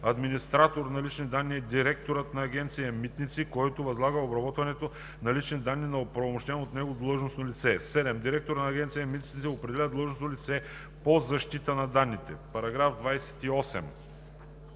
Администратор на лични данни е директорът на Агенция „Митници“, който възлага обработването на лични данни на оправомощени от него длъжностни лица. (7) Директорът на Агенция „Митници“ определя длъжностно лице по защита на данните.“